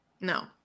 No